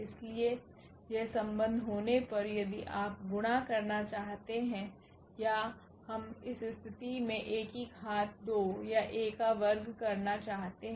इसलिए यह संबंध होने पर यदि आप गुणा करना चाहते हैं या हम इस स्थिति में A की घात 2 या A का वर्ग प्राप्त करना चाहते हैं